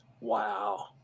Wow